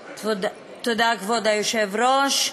תודה, כבוד היושב-ראש.